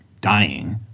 dying